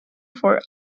for